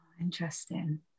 interesting